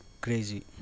crazy